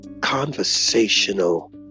conversational